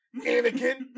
Anakin